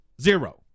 Zero